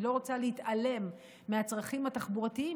אני לא רוצה להתעלם מהצרכים התחבורתיים